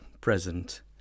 present